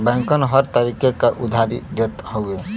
बैंकन हर तरीके क उधारी देत हउए